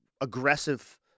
aggressive